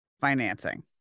financing